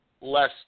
less